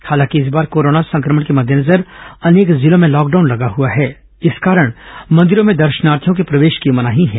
हालांकि इस बार कोरोना संक्रमण के मद्देनजर अनेक जिलों में लॉकडाउन लगा हुआ है इस कारण मंदिरों में दर्शनार्थियों के प्रवेश की मनाही है